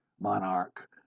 monarch